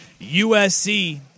USC